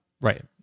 Right